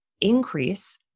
increase